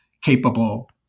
capable